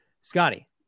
Scotty